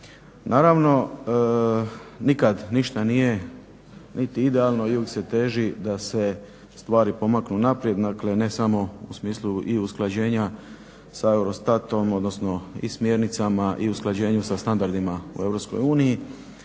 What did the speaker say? Naravno nikad ništa nije niti idealno, ili se teži da se stvari pomaknu naprijed, dakle ne samo u smislu i usklađenja sa EUROSTAT-om, odnosno i smjernicama i usklađenju sa standardima u